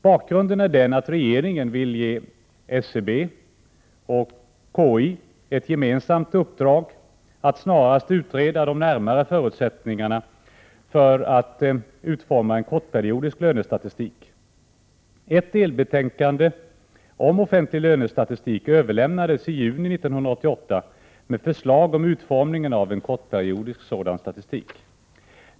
Bakgrunden är den att regeringen vill ge SCB och KI ett gemensamt uppdrag att snarast utreda de närmare förutsättningarna för att utforma en kortperiodisk lönestatistik. Ett delbetänkande om offentlig lönestatistik överlämnades i juni 1988 med förslag om utformning av en kortperiodisk lönestatistik.